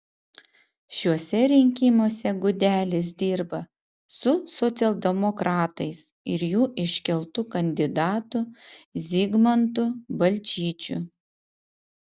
šiuose rinkimuose gudelis dirba su socialdemokratais ir jų iškeltu kandidatu zigmantu balčyčiu